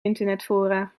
internetfora